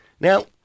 Now